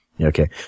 okay